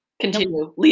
Continue